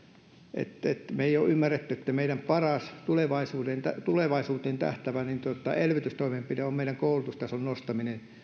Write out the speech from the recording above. me emme ole ymmärtäneet että meidän paras tulevaisuuteen tähtäävä elvytystoimenpiteemme on meidän koulutustasomme nostaminen